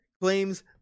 claims